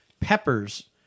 peppers